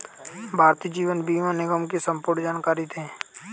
भारतीय जीवन बीमा निगम की संपूर्ण जानकारी दें?